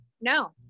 No